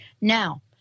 Now